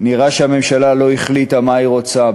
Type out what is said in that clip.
נראה שהממשלה לא החליטה מה היא רוצה,